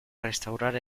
restaurar